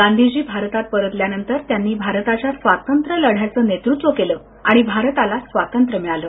गांधीजी भारतात परतल्यानंतर त्यांनी भारताच्या स्वातंत्र्यलढ्याचं नेतृत्व केलं आणि भारताला स्वातंत्र्य मिळालं